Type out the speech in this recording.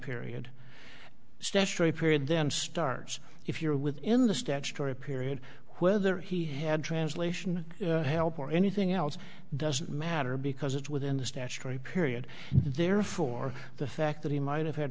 statutory period then star's if you're within the statutory period whether he had translation help or anything else doesn't matter because it's within the statutory period therefore the fact that he might have had